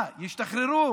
מה, ישתחררו